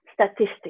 statistics